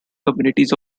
communities